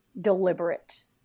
deliberate